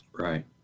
Right